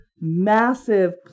massive